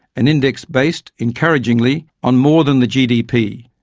an index based encouragingly on more than the gdp.